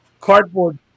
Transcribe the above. cardboard